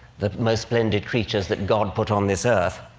the most splendid creatures that god put on this earth.